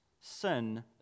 Sin